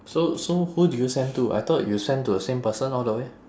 so so who did you send to I thought you send to the same person all the way